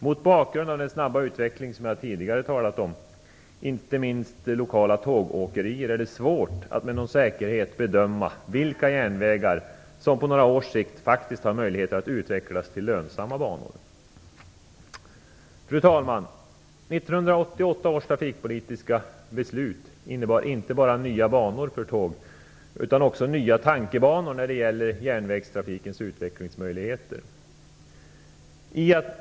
Mot bakgrund av den snabba utvecklingen, inte minst av lokala tågåkerier, är det svårt att med någon säkerhet bedöma vilka järnvägar som på några års sikt faktiskt har möjligheter att utvecklas till lönsamma banor. Fru talman! 1988 års trafikpolitiska beslut innebar inte bara nya banor för tåg utan även nya tankebanor när det gäller järnvägstrafikens utvecklingsmöjligheter.